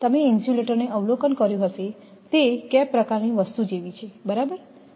તમે ઇન્સ્યુલેટરને અવલોકન કર્યું હશે તે કેપ પ્રકારની વસ્તુ જેવી છે બરાબર